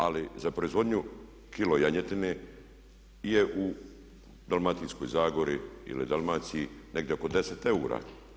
Ali za proizvodnju kilo janjetine je u dalmatinskoj zagori ili Dalmaciji negdje oko 10 eura.